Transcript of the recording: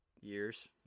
years